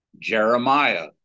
Jeremiah